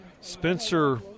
Spencer